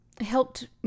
helped